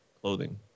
Clothing